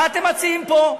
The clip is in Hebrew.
מה אתם מציעים פה?